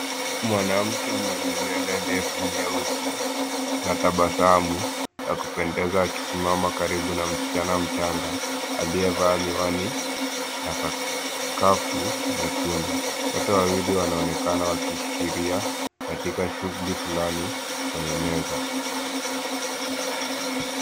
Mwanamke mwenye nywele ndefu nyeusi na taabsamu la kupendeza akisimama karibu na msichana mchanga aliyevaa miwani na sakafu nyekundu. Wote wawili wanaonekana wakishirikia katika shughuli flani kwenye meza.